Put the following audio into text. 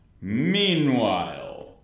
Meanwhile